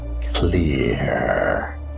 clear